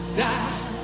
die